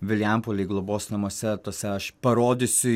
vilijampolėj globos namuose tuose aš parodysiu